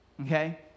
okay